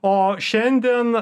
o šiandien